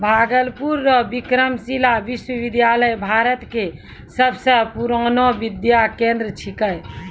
भागलपुर रो विक्रमशिला विश्वविद्यालय भारत के सबसे पुरानो विद्या केंद्र छिकै